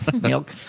Milk